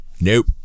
nope